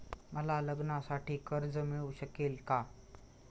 मला लग्नासाठी कर्ज मिळू शकेल का?